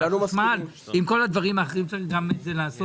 ועם כל הדברים האחרים צריך גם את זה לעשות.